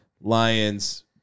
Lions